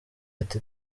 ati